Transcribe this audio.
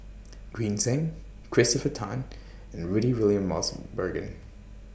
Green Zeng Christopher Tan and Rudy William Mosbergen